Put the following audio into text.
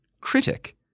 critic